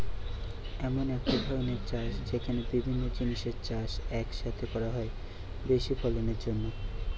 এমন একটা ধরণের চাষ যেখানে বিভিন্ন জিনিসের চাষ এক সাথে করা হয় বেশি ফলনের জন্যে